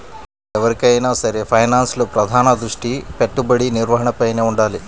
ఎవరికైనా సరే ఫైనాన్స్లో ప్రధాన దృష్టి పెట్టుబడి నిర్వహణపైనే వుండాలి